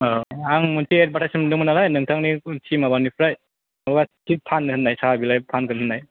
आं मोनसे एडभाटाइस नुदोंमोन नालाय नोंथांनि टि माबानिफ्राय माबा टि फानो होननाय साहा बिलाइ फानगोन होननाय